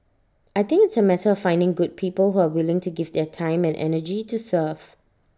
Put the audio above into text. I think it's A matter of finding good people who are willing to give their time and energy to serve